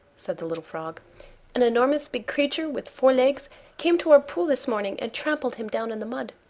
said the little frog an enormous big creature with four legs came to our pool this morning and trampled him down in the mud.